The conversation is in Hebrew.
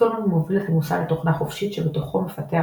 סטולמן מוביל את המוסד לתוכנה חופשית, שבתורו מפתח